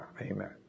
amen